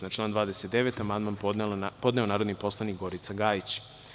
Na član 29. amandman je podnela narodni poslanik Gorica Gajić.